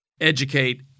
educate